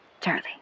Charlie